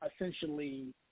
essentially